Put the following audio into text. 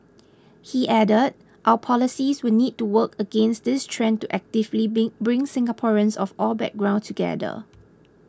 he added our policies will need to work against this trend to actively been bring Singaporeans of all background together